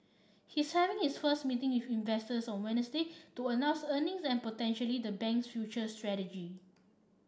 he's having his first meeting with investors on Wednesday to announce earnings and potentially the bank's future strategy